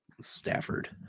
Stafford